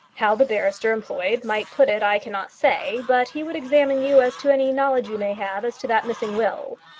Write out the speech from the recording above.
how the barrister employed might put it i cannot say, but he would examine you as to any knowledge you may have as to that missing will.